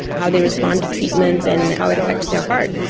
how they respond to treatments, and how it affects their heart.